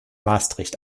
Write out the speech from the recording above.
maastricht